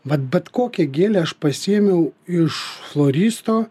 mat bet kokią gėlę aš pasiėmiau iš floristo